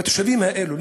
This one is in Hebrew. לתושבים האלו?